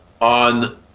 on